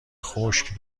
خشک